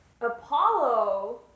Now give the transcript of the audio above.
Apollo